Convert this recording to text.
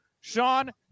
Sean